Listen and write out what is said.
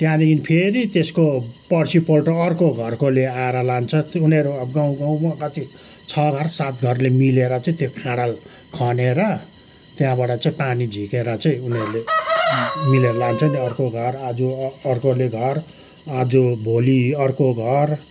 त्यहाँदेखि फेरि त्यसको पर्सीपल्ट अर्को घरकोले आएर लान्छ उनीहरू अब गाउँ गाउँ कति छ घर सात घरले मिलेर चाहिँ त्यो खाडल खनेर त्यहाँबाट चाहिँ पानी झिकेर चाहिँ उनीहरूले मिलेर लान्छ नि अर्को घर आजु अर्को घर आज भोलि अर्को घर